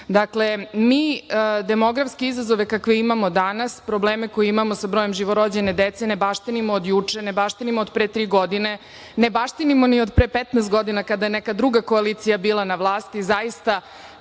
mi demografske izazove koje imamo danas, probleme koje imamo sa brojem živorođene dece, ne baštinimo od juče, ne baštinimo od pre tri godine, ne baštinimo ni od pre 15 godina, kada je neka druga koalicija bila na vlasti, zaista